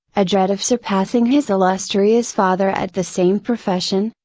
a dread of surpassing his illustrious father at the same profession,